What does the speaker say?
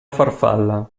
farfalla